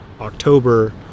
October